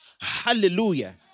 Hallelujah